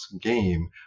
game